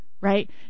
right